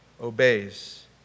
obeys